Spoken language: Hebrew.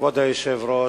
כבוד היושב-ראש,